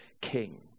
king